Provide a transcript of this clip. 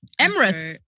Emirates